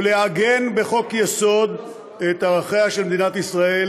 ולעגן בחוק-יסוד את ערכיה של מדינת ישראל